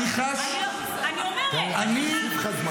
אני חש --- אני אוסיף לך זמן.